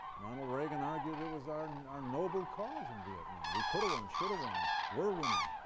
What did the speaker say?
ronald reagan argued it was our and our noble cause in vietnam. we could've won, should've won, were winning,